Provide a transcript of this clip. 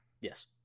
Yes